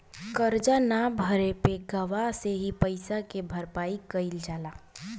करजा न भरे पे गवाह से ही पइसा के भरपाई कईल जाला